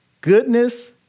goodness